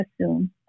assume